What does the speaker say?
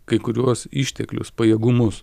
kai kuriuos išteklius pajėgumus